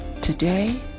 Today